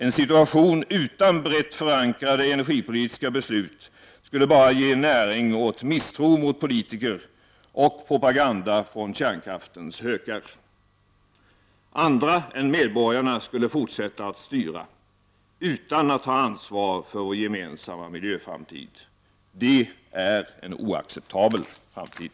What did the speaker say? En situation utan brett förankrade energipolitiska beslut skulle bara ge näring åt misstro mot politiker och propaganda från kärnkraftens hökar. Andra än medborgarna skulle fortsätta att styra, utan att ta ansvar för vår gemensamma miljöframtid. Det är en oacceptabel framtid.